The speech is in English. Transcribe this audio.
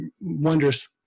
wondrous